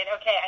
okay